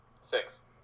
Six